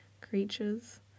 creatures